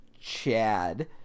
CHAD